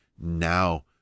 now